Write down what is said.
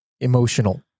emotional